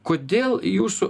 kodėl jūsų